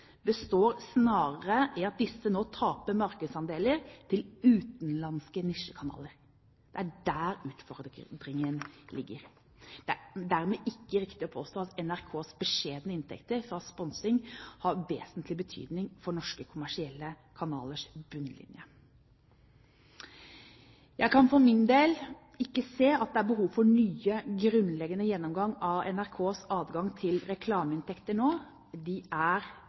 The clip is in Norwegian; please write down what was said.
består snarere i at disse nå taper markedsandeler til utenlandske nisjekanaler. Det er der utfordringen ligger. Det er dermed ikke riktig å påstå at NRKs beskjedne inntekter fra sponsing har vesentlig betydning for norske kommersielle kanalers bunnlinje. Jeg kan for min del ikke se at det er behov for en ny, grunnleggende gjennomgang av NRKs adgang til reklameinntekter nå. De er